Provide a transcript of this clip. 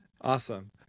Awesome